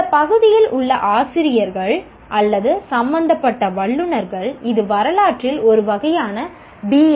இந்த பகுதியில் உள்ள ஆசிரியர்கள் அல்லது சம்பந்தப்பட்ட வல்லுநர்கள் இது வரலாற்றில் ஒரு வகையான பி